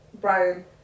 Brian